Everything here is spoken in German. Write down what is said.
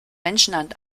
menschenhand